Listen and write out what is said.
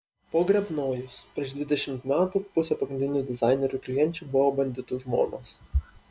pogrebnojus prieš dvidešimt metų pusė pagrindinių dizainerių klienčių buvo banditų žmonos